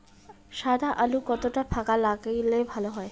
সাদা আলু কতটা ফাকা লাগলে ভালো হবে?